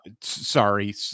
sorry